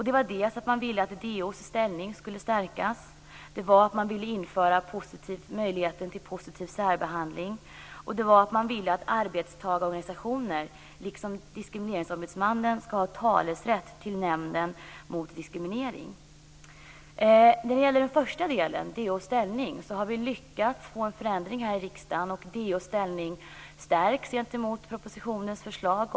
Det gällde dels att DO:s ställning skulle stärkas, dels att införa möjligheten till positiv särbehandling och dels att arbetstagarorganisationer, liksom diskrimineringsombudsmannen, skall ha talerätt till Nämnden mot diskriminering. I fråga om DO:s ställning har vi lyckats få till en förändring i riksdagen. DO:s ställning stärks gentemot propositionens förslag.